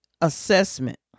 assessment